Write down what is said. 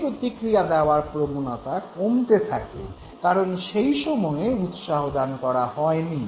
সেই প্রতিক্রিয়া দেওয়ার প্রবণতা কমতে থাকে কারণ সেই সময়ে উৎসাহদান করা হয়নি